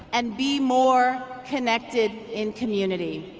and be more connected in community.